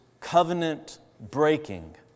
covenant-breaking